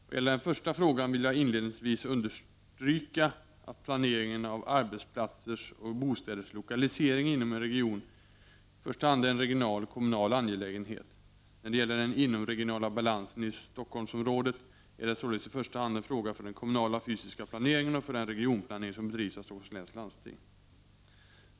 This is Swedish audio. Vad gäller den första frågan vill jag inledningsvis understryka att planeringen av arbetsplatsers och bostäders lokalisering inom en region i första hand är en regional och kommunal angelägenhet. När det gäller den inomregionala balansen i Stockholmsområdet är det således i första hand en fråga för den kommunala fysiska planeringen och för den regionplanering som bedrivs av Stockholms läns landsting.